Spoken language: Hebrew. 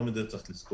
גם את זה צריך לזכור.